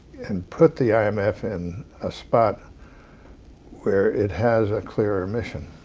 and put the i m f. in a spot where it has a clearer mission.